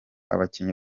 abakinnyi